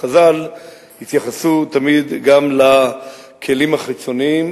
חז"ל התייחסו תמיד גם לכלים החיצוניים,